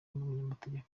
umunyamategeko